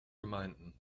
gemeinden